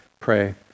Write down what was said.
pray